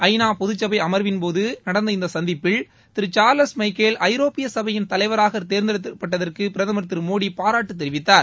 ஐ நா பொதுச் சபை அமர்வின்போது நடந்த இந்த சந்திப்பில் திரு சார்லஸ் மைக்கேல் ஐரோப்பிய சபையின் தலைவராக தேர்ந்தெடுக்கப்பட்டதற்கு பிரதமர் திரு மோடி பாராட்டு தெரிவித்தார்